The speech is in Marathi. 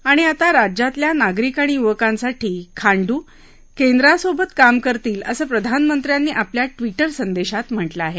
आणि आता राज्यातल्या नागरिक आणि युवकांसाठी खांडू केंद्रासोबत काम करतील असं प्रधानमंत्र्यांनी आपल्या ट्विटर संदेशात म्हटलं आहे